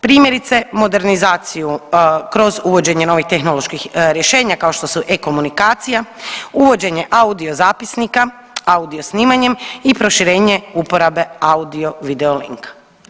Primjerice modernizaciju kroz uvođenje novih tehnoloških rješenja kao što su e-komunikacija, uvođenje audio zapisnika audio snimanjem i proširenje uporabe audio video linka.